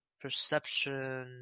Perception